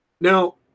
Now